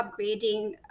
upgrading